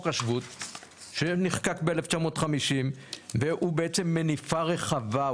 השבות שנחקק ב-1950 והוא בעצם מניפה רחבה.